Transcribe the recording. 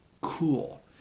cool